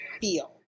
feel